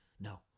No